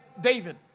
David